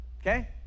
okay